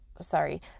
sorry